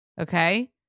Okay